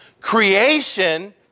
Creation